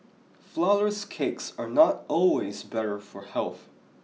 flourless cakes are not always better for health